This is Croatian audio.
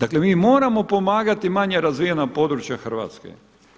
Dakle, mi moramo pomagati manje razvijena područja Hrvatske,